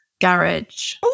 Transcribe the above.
garage